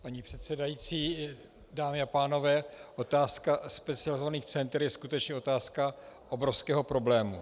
Paní předsedající, dámy a pánové, otázka specializovaných center je skutečně otázka obrovského problému.